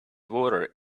water